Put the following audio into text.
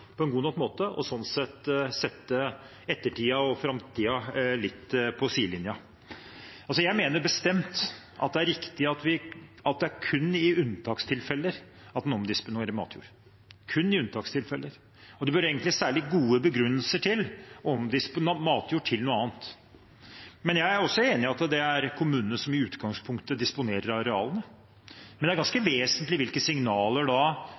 på en god nok måte og slik sett sette ettertiden og framtiden litt på sidelinjen. Jeg mener bestemt det er riktig at det kun er i unntakstilfeller en omdisponerer matjord – kun i unntakstilfeller. Og det bør egentlig særlig gode grunner for å omdisponere matjord til noe annet. Jeg er enig i at det er kommunene som i utgangspunktet disponerer arealene, men det er ganske vesentlig hvilke signaler